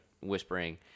whispering